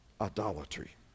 Idolatry